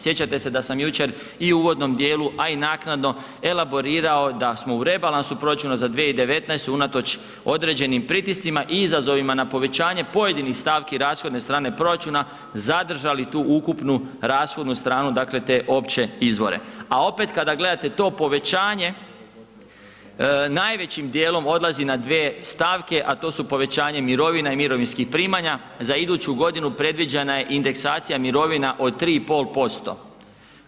Sjećate se da sam jučer i u uvodnom djelu a i naknadno elaborirao da smo u rebalansu proračuna za 2019. unatoč određenim pritiscima i izazovima na povećanje pojedinih stavki rashodne strane proračuna, zadržali tu ukupnu rashodnu stranu, dakle te opće izvore a opet kada gledate to povećanje, najvećim djelom odlazi na dvije stavke a to su povećanje mirovina i mirovinskih primanja, za iduću godinu predviđena je indeksacija mirovina od 3,5%